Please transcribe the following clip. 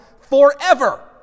forever